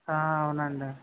అవునండి